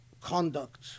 conduct